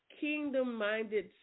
kingdom-minded